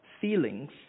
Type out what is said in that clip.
feelings